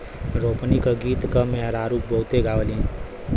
रोपनी क गीत त मेहरारू बहुते गावेलीन